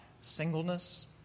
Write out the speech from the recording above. singleness